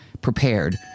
prepared